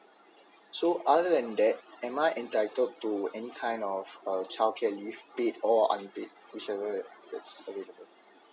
so other than that am I entitled to any kind of childcare leave paid or unpaid whichever that's available